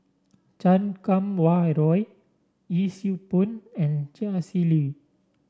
Chan Kum Wah Roy Yee Siew Pun and Chia Shi Lu